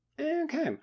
Okay